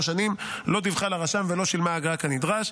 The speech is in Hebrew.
שנים לא דיווחה לרשם ולא שילמה אגרה כנדרש,